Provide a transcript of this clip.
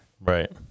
Right